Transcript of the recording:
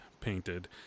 painted